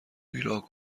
بیراه